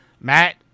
Matt